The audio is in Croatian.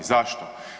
Zašto?